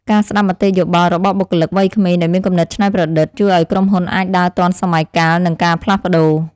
ការស្ដាប់មតិយោបល់របស់បុគ្គលិកវ័យក្មេងដែលមានគំនិតច្នៃប្រឌិត ជួយឱ្យក្រុមហ៊ុនអាចដើរទាន់សម័យកាលនិងការផ្លាស់ប្តូរ។